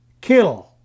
kill